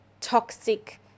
toxic